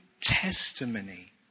testimony